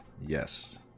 Yes